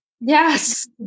Yes